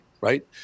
right